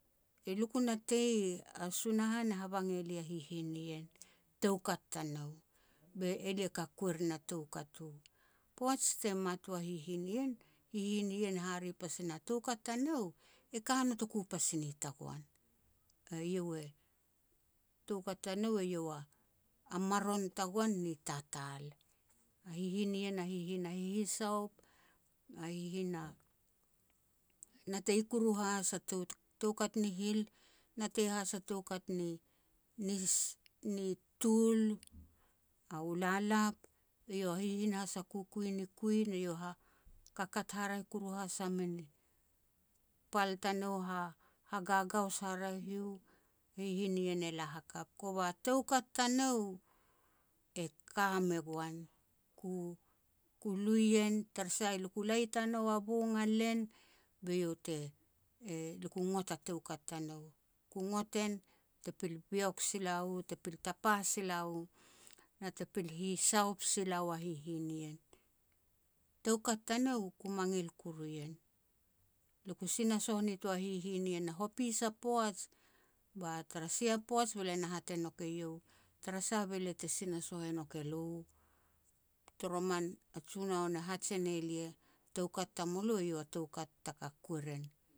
Elia ku natei, a Sunahan e habang elia a hihin nien, toukat tanou, be elia ka kuer na toukat u. Poaj te mat u a hihin nien, hihin nien e hare pasi na toukat tanou, e ka notoku pas ni tagoan. Eiau e, toukat tanou eiau a maron tagoan ni tatal. A hihin nien a hihin a hihisaop, a hihin a natei koru has a tou-toukat ni hil, natei has a toukat ni-ni ni tul, a u lalap, eiau has a hihin ni kukui ni kui, ne iau ha kakat haraeh koru has mini pal tanou, ha-hagagaus haraeh iu. Hihin nien e la hakap, kova toukat tanou, e ka me goan. Ku lu en tarasah lia ku lei tanou a bong a len be iau te, e, lia ku ngot a toukat. Ku ngot en te pil bieok sila u, te pil tapa sila u, na te pil hisoap sila ua hihin nien. Toukat tanou, ku mangil kuru en. Lia ku sinasoh nitoa hihin nien a hopis a poaj, ba tara sia poaj be lia na hat e iau. Tarasah be lia te sinasoh e nouk elo? Toroman a Junoun e haj e ne lia, toukat tamulo eiau a toukat taka kuer en.